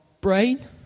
brain